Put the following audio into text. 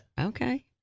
Okay